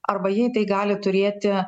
arba jei tai gali turėti